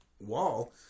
wall